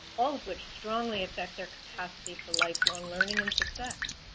all of which strongly affect their capacity for lifelong learning and success.